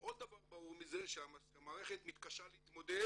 עוד דבר ברור מזה שהמערכת מתקשה להתמודד